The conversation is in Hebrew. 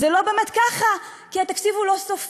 זה לא באמת ככה, כי התקציב הוא לא סופי.